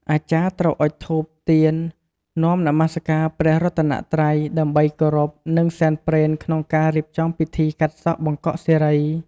អាចារ្យត្រូវអុជធូប ទៀន នាំនមស្ការព្រះរតនត្រៃ ដើម្បីគោរព និងសែនព្រេនក្នងការរៀបចំពិធីការសក់បង្កក់សិរី។